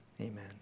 amen